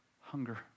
hunger